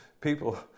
people